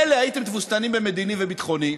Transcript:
מילא הייתם תבוסתנים במדיני ובביטחוני,